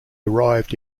arrived